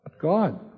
God